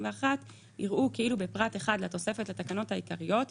יראו כאילו בפרט 1 לתוספת לתקנות העיקריות,